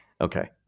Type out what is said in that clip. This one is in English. Okay